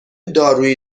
دارویی